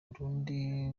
burundi